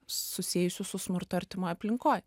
susiejusių su smurtu artimoj aplinkoj